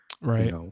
right